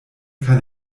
kein